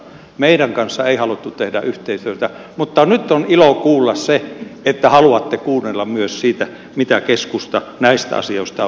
meidän kanssamme ei haluttu tehdä yhteistyötä mutta nyt on ilo kuulla se että haluatte kuunnella myös sitä mitä keskusta näistä asioista on mieltä